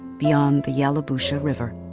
beyond the yellow boucher with her.